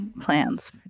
plans